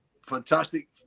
fantastic